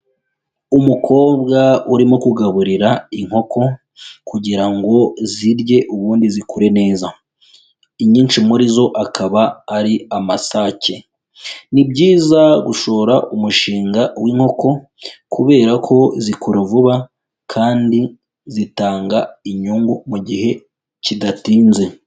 Umukobwa urimo kugaburira inkoko kugira ngo zirye ubundi zikure neza, inyinshi muri zo akaba ari amasake, ni byiza gushora umushinga w'inkoko kubera ko zikura vuba kandi zitanga inyungu mu gihe kidatinze.